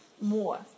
more